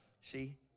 See